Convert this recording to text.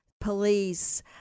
Police